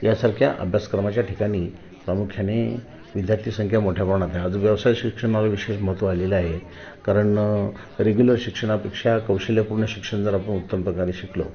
यासारख्या अभ्यासक्रमाच्या ठिकाणी प्रामुख्याने विद्यार्थीसंख्या मोठ्या प्रमाणात आहे आज व्यवसाय शिक्षणाला विशेष महत्त्व आलेलं आहे कारण रेग्युलर शिक्षणापेक्षा कौशल्यपूर्ण शिक्षण जर आपण उत्तम प्रकारे शिकलो